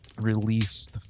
release